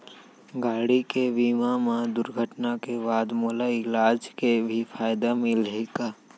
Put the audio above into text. गाड़ी के बीमा मा दुर्घटना के बाद मोला इलाज के भी फायदा मिलही का?